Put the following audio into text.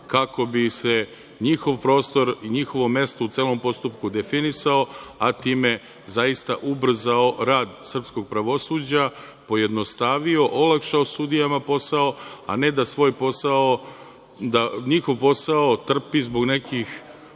kako bi se njihov prostor i njihovo mesto u celom postupku definisao, a time zaista ubrzao rad srpskog pravosuđa, pojednostavio, olakšao sudijama posao, a ne da njihov posao trpi zbog nekih